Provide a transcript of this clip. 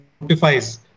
notifies